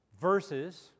verses